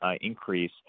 increase